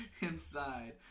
inside